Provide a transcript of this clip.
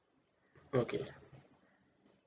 okay